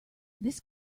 this